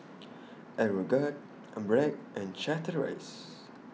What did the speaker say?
Aeroguard An Bragg and Chateraise